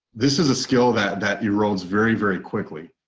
this is a skill that that erodes very, very quickly,